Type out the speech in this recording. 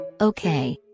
Okay